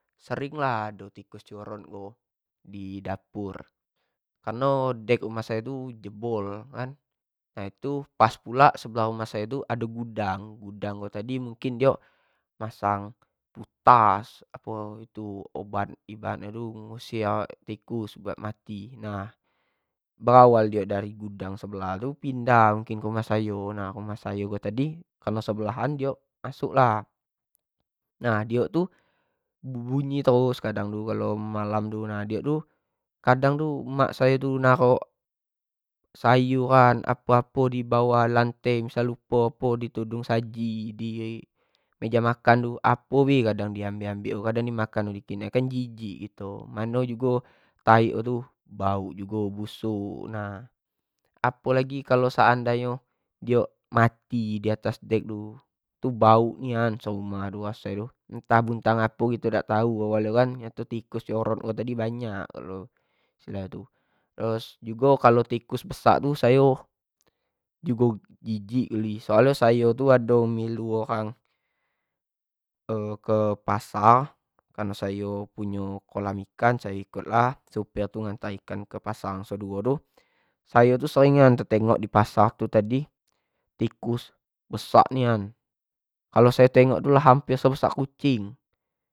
Sering lah do tikus curut tu di dapur, kareno dek rumah ayo tu jebol tu kan, nah itu pas pula sebelah rumah sayo tu ado gudang, gudang ko tadi ko mungkin diok masang-masang putas itu obat nyo itu ngusir tikus mati, nah berawal dari gudang sebelah tu pindah dio ke rumah sayo, nah rumah sayo ko tadi kareno sebelahan masuk lah, nah diok tu bunyi terus kadang tu kalau malam tu, diok tu kadang tu mak sayo tu narok sayuran, apo-apo di bawah lante missal nyo lupo apo di tudung saji, di meja makan tu apo be baiso di ambek diok, kadang di makan nyo dikit gitu kan jijik kito, jugo taik nyo tu bauk jugo bauk busuk nah apo lagi kalau seandai nyo dio mati di atas dek tu, tu bauk nian serumah tu raso tu, ntah buntang apo kito dak tau gitu kan, nyato nyo tikus curut ko tadi banyak sudah itu, terus jugo kalau tikus besak tu sayo jugo jijik geli, soal nyo sayo tu ado milu orang kepasar kan ayo punyo kolam ikan sayo ikut lah ngantar ikan ke pasar angso duo tu, sayo sering nian tetengok di pasar tu tadi tikus besak nian, kalo sayo tengok tu lah hamper sebesak kucing.